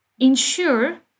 ensure